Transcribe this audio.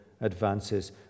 advances